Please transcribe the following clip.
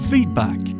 Feedback